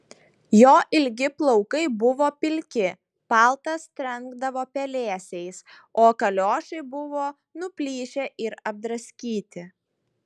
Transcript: jo ilgi plaukai buvo pilki paltas trenkdavo pelėsiais o kaliošai buvo nuplyšę ir apdraskyti